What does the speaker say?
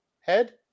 head